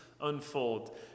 unfold